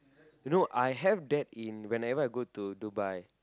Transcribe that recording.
you know I have that in whenever I go to Dubai